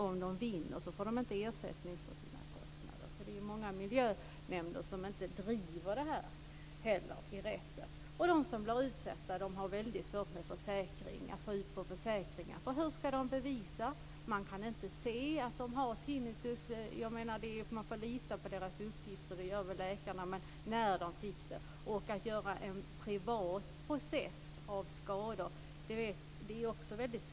Om de vinner får de inte ersättning för sina kostnader. Många miljönämnder driver därför inte detta i rätten. De som blir utsatta har väldigt svårt att få ut något på försäkringarna. För hur ska de kunna bevisa något? Man kan inte se att de har tinnitus. Man får lita på deras uppgifter, och det gör väl läkarna också. Men när fick de tinnitus? Att driva en privat process om skadorna är också svårt.